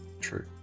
True